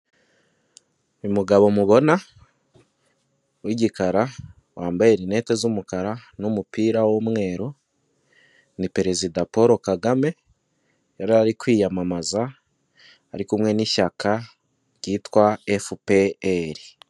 Umugabo mubona w'igikara wambaye rinete z'umukara n'umupira w'umweru, ni Perezida Paul Kagame, yari ari kwiyamamaza ari kumwe n'ishyaka ryitwa FPR.